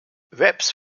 reps